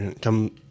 Come